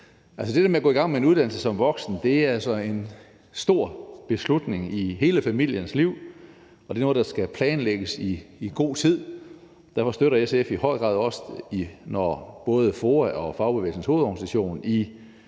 Det der med at gå i gang med en uddannelse som voksen er altså en stor beslutning i hele familiens liv, og det er noget, der skal planlægges i god tid. Derfor støtter SF det i høj grad også, når både FOA og Fagbevægelsens Hovedorganisation i